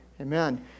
Amen